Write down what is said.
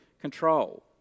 control